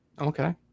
Okay